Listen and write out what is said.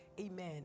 Amen